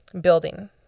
building